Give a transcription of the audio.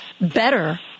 better